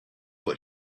what